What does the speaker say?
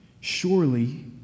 Surely